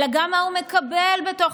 אלא גם מה הוא מקבל בתוך